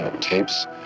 tapes